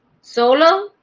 solo